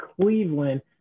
Cleveland